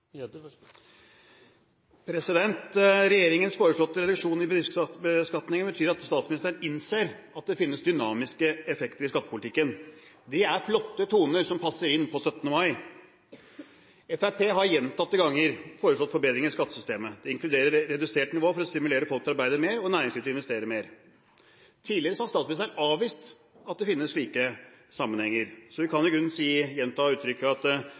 Regjeringens foreslåtte revisjon av bedriftsbeskatningen betyr at statsministeren innser at det finnes dynamiske effekter i skattepolitikken. Det er flotte toner som passer inn på 17. mai. Fremskrittspartiet har gjentatte ganger foreslått forbedringer i skattesystemet. Det inkluderer redusert nivå for å stimulere folk til å arbeide mer og næringslivet til å investere mer. Tidligere har statsministeren avvist at det finnes slike sammenhenger, så vi kan i grunnen gjenta